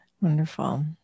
Wonderful